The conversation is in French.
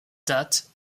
date